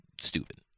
stupid